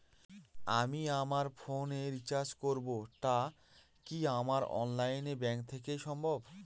আমি আমার ফোন এ রিচার্জ করব টা কি আমার অনলাইন ব্যাংক থেকেই সম্ভব?